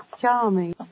Charming